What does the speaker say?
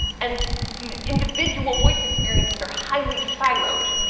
and this individual voice experiences are highly siloed.